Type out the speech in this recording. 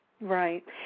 Right